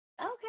okay